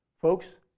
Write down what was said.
Folks